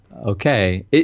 okay